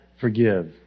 forgive